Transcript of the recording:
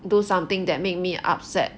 do something that make me upset